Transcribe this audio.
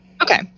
okay